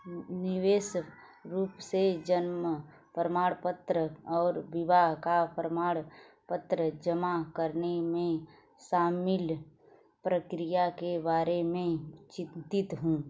निवेश रूप से जन्म प्रमाण पत्र और विवाह का प्रमाण पत्र जमा करने में शामिल प्रक्रिया के बारे में चिंतित हूं